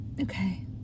Okay